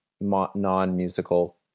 non-musical